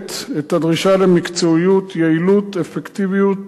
ומבטאת את הדרישה למקצועיות, יעילות, אפקטיביות,